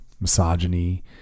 misogyny